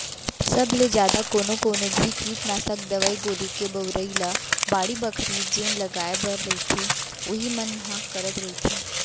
सब ले जादा कोनो कोनो भी कीटनासक दवई गोली के बउरई ल बाड़ी बखरी जेन लगाय रहिथे उही मन ह करत रहिथे